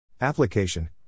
Application